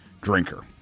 drinker